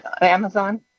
Amazon